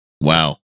Wow